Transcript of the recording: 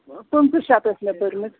پٕنٛژٕ شَتھ ٲسۍ مےٚ بٔرۍمٕتۍ